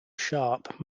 sharp